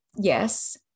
Yes